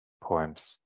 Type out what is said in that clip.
poems